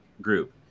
group